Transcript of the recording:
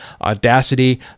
Audacity